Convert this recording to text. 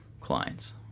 clients